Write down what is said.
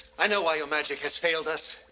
i know why your magic has failed us.